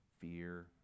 Fear